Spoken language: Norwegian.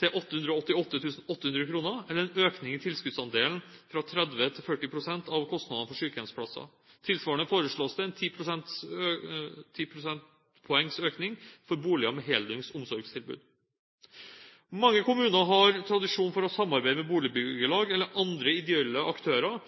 til 888 800 kr, eller en økning i tilskuddsandelen fra 30 pst. til 40 pst. av kostnadene for sykehjemsplasser. Tilsvarende foreslås det en 10 prosentpoengs økning for boliger med heldøgns omsorgstilbud. Mange kommuner har tradisjon for å samarbeide med boligbyggelag eller andre ideelle aktører